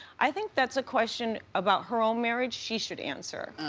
i think that's a question about her own marriage she should answer.